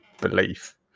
belief